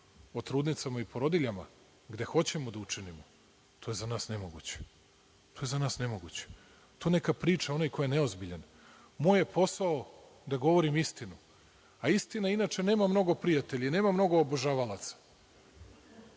o trudnicama i porodiljama, gde hoćemo da učinimo, to je za nas nemoguće. To neka priča onaj ko je neozbiljan. Moj je posao da govorim istinu, a istina inače nema mnogo prijatelja i nema mnogo obožavalaca,